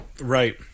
Right